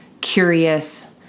curious